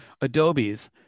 Adobe's